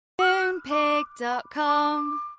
Moonpig.com